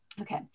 Okay